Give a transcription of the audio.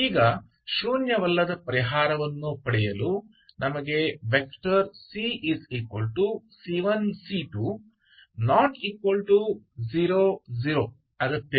ಈಗ ಶೂನ್ಯವಲ್ಲದ ಪರಿಹಾರವನ್ನು ಪಡೆಯಲು ನಮಗೆ ವೆಕ್ಟರ್ c c1 c2 ≠ 0 0 ಅಗತ್ಯವಿದೆ